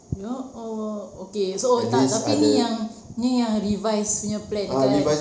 ya allah okay so oh tak tapi ini yang ini yang revise punya plan kan